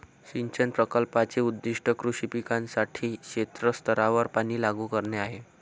सिंचन प्रकल्पाचे उद्दीष्ट कृषी पिकांसाठी क्षेत्र स्तरावर पाणी लागू करणे आहे